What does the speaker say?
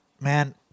man